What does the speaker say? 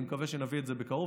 אני מקווה שנביא את זה בקרוב.